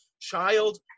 child